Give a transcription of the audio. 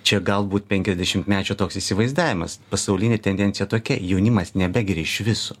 čia galbūt penkiasdešimtmečio toks įsivaizdavimas pasaulinė tendencija tokia jaunimas nebegeria išviso